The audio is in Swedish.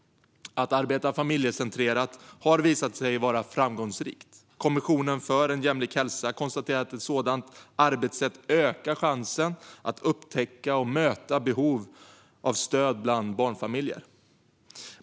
Att arbeta familjecentrerat har visat sig vara framgångsrikt. Kommissionen för jämlik hälsa konstaterar att ett sådant arbetssätt ökar chansen att upptäcka och möta behov av stöd bland barnfamiljer.